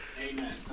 Amen